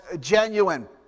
genuine